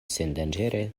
sendanĝere